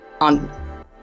on